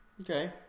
Okay